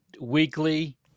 weekly